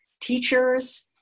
teachers